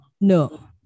No